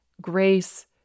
grace